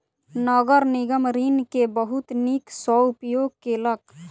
नगर निगम ऋण के बहुत नीक सॅ उपयोग केलक